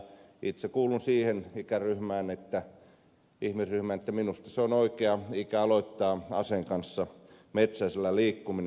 itse kuulun siihen ihmisryhmään että minusta se on oikea ikä aloittaa aseen kanssa metsällä liikkuminen